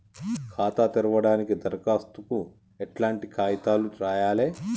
ఖాతా తెరవడానికి దరఖాస్తుకు ఎట్లాంటి కాయితాలు రాయాలే?